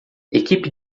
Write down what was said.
equipe